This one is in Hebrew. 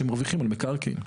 שמרוויחים על מקרקעין.